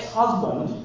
husband